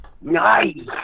Nice